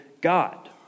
God